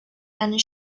and